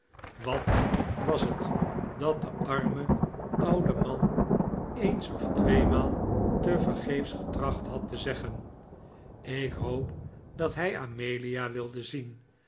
wat was het dat de arme oude man eens of tweemaal tevergeefs getracht had te zeggen ik hoop dat hij amelia wilde zien